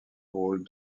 rôle